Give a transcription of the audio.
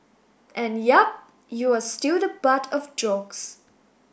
and yep you are still the butt of jokes